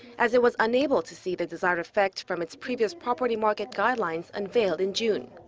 as it was unable to see the desired effect from its previous property market guidelines unveiled in june.